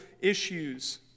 issues